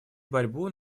борьбу